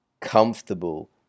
comfortable